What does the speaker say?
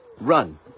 run